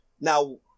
now